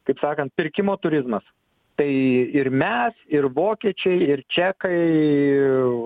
kaip sakant pirkimo turizmas tai ir mes ir vokiečiai ir čekai